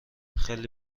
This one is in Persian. خیلی